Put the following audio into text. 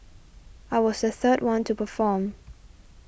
I was the third one to perform